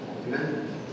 Amen